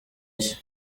nshya